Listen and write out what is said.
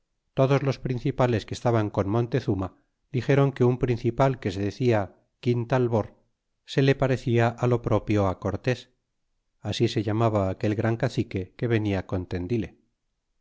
todos los principales que estaban con montezuma dixéron que un principal que se decia quintalbor se le parecia á lo propio cortés así se llamaba aquel gran cacique que venia con